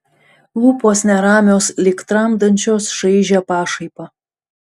lūpos neramios lyg tramdančios šaižią pašaipą